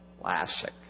classic